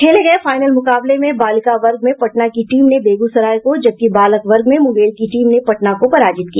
खेले गये फाइनल मुकाबले में बालिका वर्ग में पटना की टीम ने बेगूसराय को जबकि बालक वर्ग में मुंगेर की टीम ने पटना को पराजित किया